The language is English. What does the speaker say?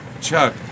Chuck